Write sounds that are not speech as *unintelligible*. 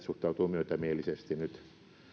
*unintelligible* suhtautuu myötämielisesti nyt